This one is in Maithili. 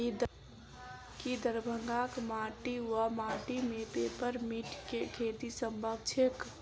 की दरभंगाक माटि वा माटि मे पेपर मिंट केँ खेती सम्भव छैक?